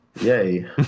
yay